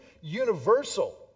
universal